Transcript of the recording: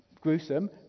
gruesome